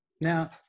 Now